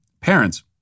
parents